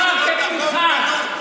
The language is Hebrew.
שעושים מעשה זמרי ומבקשים שכר כפינחס.